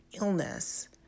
illness